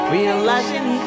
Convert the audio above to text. Realizing